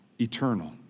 eternal